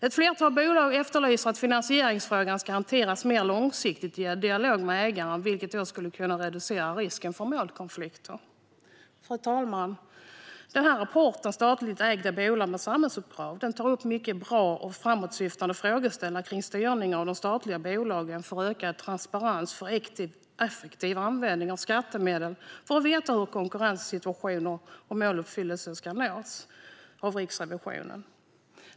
Ett flertal bolag efterlyser att finansieringsfrågan ska hanteras mer långsiktigt i dialog med ägaren, vilket skulle kunna reducera risken för målkonflikter. Fru talman! Riksrevisionens rapport om statligt ägda bolag med samhällsuppdrag tar upp mycket bra och framåtsyftande frågeställningar kring styrning av de statliga bolagen för ökad transparens, för effektiv användning av skattemedel och för att veta hur konkurrenssituationer och måluppfyllelse ska klaras.